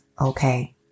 Okay